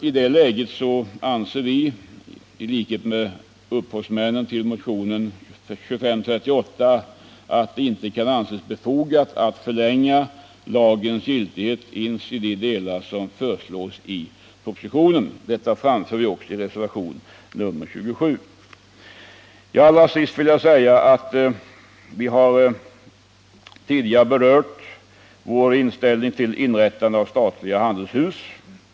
I denna situation anser vi, i likhet med upphovsmännen till motionen 2538, att det inte kan anses befogat att nu förlänga lagens giltighet ens i de delar som föreslås i propositionen. Detta framför vi i reservationen 27. Jag har redan berört vår inställning till inrättandet av statliga handelshus.